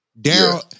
Daryl